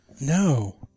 No